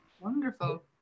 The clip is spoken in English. Wonderful